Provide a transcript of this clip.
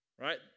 Right